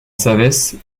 savès